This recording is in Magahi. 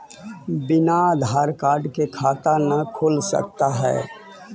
बिना आधार कार्ड के खाता न खुल सकता है?